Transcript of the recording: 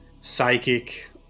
psychic